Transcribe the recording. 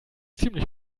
ziemlich